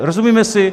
Rozumíme si?